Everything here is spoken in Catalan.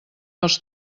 els